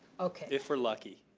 if we're lucky.